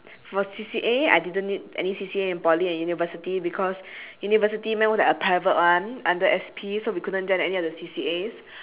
for C_C_A I didn't need any C_C_A in poly and university because university mine was like a private one under S P so we couldn't join any other C_C_As